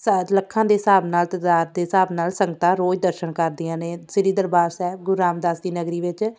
ਸਾਜ ਲੱਖਾਂ ਦੇ ਹਿਸਾਬ ਨਾਲ ਤਦਾਦ ਦੇ ਹਿਸਾਬ ਨਾਲ ਸੰਗਤਾਂ ਰੋਜ਼ ਦਰਸ਼ਨ ਕਰਦੀਆਂ ਨੇ ਸ਼੍ਰੀ ਦਰਬਾਰ ਸਾਹਿਬ ਗੁਰੂ ਰਾਮਦਾਸ ਦੀ ਨਗਰੀ ਵਿੱਚ